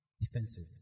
defensive